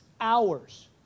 hours